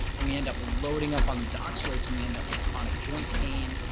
we end up loading up on these oxalates we end up with chronic joint pain,